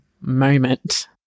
moment